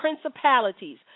principalities